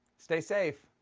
stay safe.